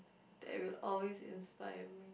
that will always inspire me